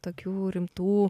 tokių rimtų